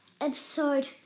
episode